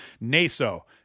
Naso